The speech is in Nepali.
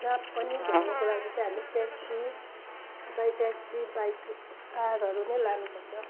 जहाँ पनि घुम्नुको लागि चाहिँ हामी ट्याक्सी बाई ट्याक्सी बाई कारहरू नै लानुपर्छ